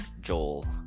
Joel